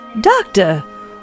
Doctor